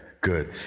good